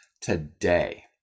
today